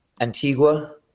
Antigua